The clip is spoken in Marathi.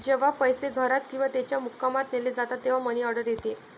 जेव्हा पैसे घरात किंवा त्याच्या मुक्कामात नेले जातात तेव्हा मनी ऑर्डर येते